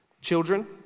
children